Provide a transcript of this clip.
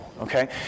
okay